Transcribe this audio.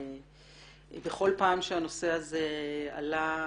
בכל פעם שהנושא הזה עלה,